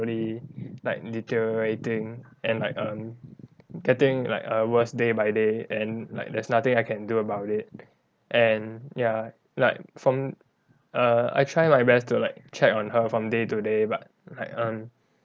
~wly like deteriorating and like um getting like err worse day by day and like there's nothing I can do about it and ya like from err I try my best to like check on her from day to day but like um